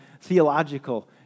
theological